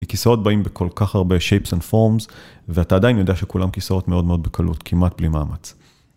כיסאות באים בכל כך הרבה shapes and forms ואתה עדיין יודע שכולם כיסאות מאוד מאוד בקלות, כמעט בלי מאמץ.